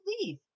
leave